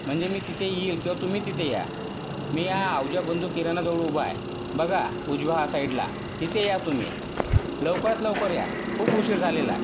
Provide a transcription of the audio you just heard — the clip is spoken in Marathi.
म्हणजे मी तिथे येईल किंवा तुम्ही तिथे या मी या अहुजा बंधू किराणाजवळ उभा आहे बघा उजव्या साईडला तिथे या तुम्ही लवकरात लवकर या खूप उशीर झालेला आहे